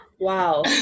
Wow